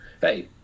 Hey